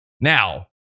Now